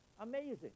Amazing